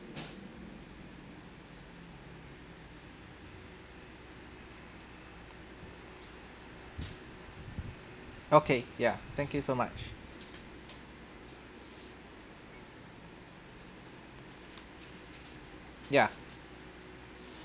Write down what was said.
okay yeah thank you so much yeah